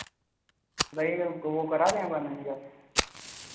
बताइए तो वो करा दें आपका नैनीताल